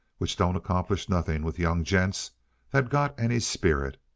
which don't accomplish nothing with young gents that got any spirit.